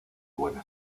buena